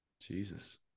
Jesus